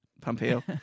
Pompeo